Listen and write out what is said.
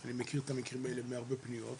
אני מכיר את המקרים האלה מהרבה פניות.